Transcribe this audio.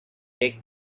take